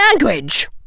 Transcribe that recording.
Language